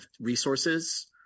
resources